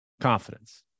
confidence